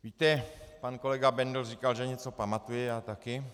Víte, pane kolega Bendl říkal, že něco pamatuje, já taky.